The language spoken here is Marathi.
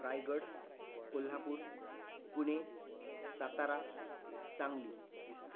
रायगड कोल्हापूर पुणे सातारा सांगली